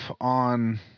on